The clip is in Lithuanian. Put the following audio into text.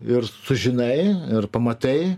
ir sužinai ir pamatai